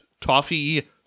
Toffee